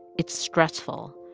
it's stressful.